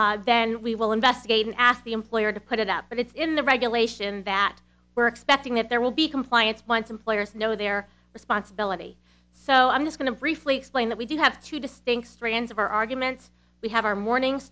then then we will investigate and asked the employer to put it up but it's in the regulation that we're expecting that there will be compliance once employers know their responsibility so i'm just going to briefly explain that we do have two distinct strands of our arguments we have our morning